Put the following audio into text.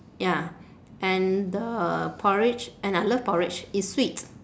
ya and the porridge and I love porridge it's sweet